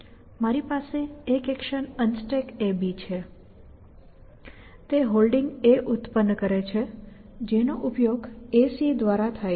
મારી પાસે એક એક્શન UnstackAB છે તે Holding ઉત્પન્ન કરે છે જેનો ઉપયોગ StackAC દ્વારા થાય છે